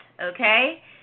okay